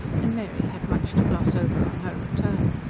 and mary had much to gloss over on her return.